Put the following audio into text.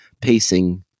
pacing